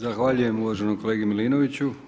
Zahvaljujem uvaženom kolegi Milinoviću.